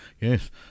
yes